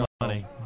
money